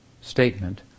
statement